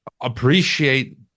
appreciate